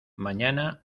mañana